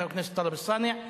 חבר הכנסת טלב אלסאנע,